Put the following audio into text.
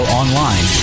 online